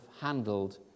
handled